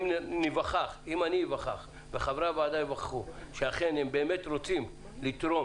אם אני איווכח וחברי הוועדה ייווכחו שאכן הם באמת רוצים לתרום